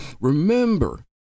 Remember